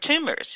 tumors